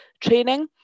training